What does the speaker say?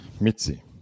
Mitzi